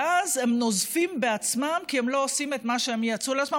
ואז הם נוזפים בעצמם כי הם לא עושים את מה שהם ייעצו לעצמם,